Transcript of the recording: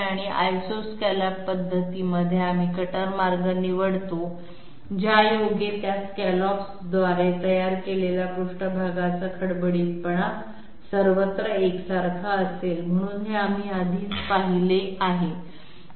आणि आयसोस्कॅलॉप पद्धतीमध्ये आम्ही कटर मार्ग निवडतो ज्यायोगे त्या स्कॅलॉप्सद्वारे तयार केलेल्या पृष्ठभागाचा खडबडीतपणा सर्वत्र एकसारखा असेल म्हणून हे आम्ही आधीच पाहिले आहे